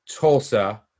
Tulsa